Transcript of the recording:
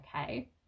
Okay